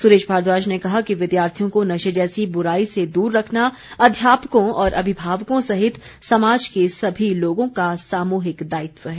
सुरेश भारद्वाज ने कहा कि विद्यार्थियों को नशे जैसी बुराई से दूर रखना अध्यापकों और अमिभायकों सहित समाज के समी लोगों का सामूहिक दायित्य है